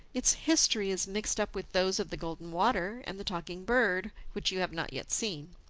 its history is mixed up with those of the golden water and the talking bird, which you have not yet seen.